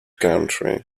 country